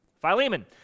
Philemon